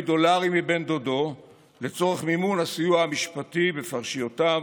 דולרים מבן דודו לצורך מימון הסיוע המשפטי בפרשיותיו,